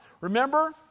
remember